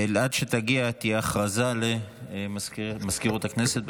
עד שתגיע, הודעה למזכירות הכנסת.